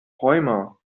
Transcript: träumer